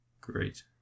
Great